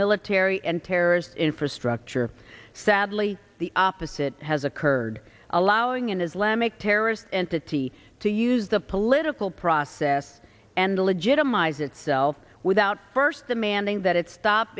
military and terrors infrastructure sadly the opposite has occurred allowing an islamic terrorist entity to use the political process and to legitimize itself without first demanding that it stop